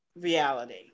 reality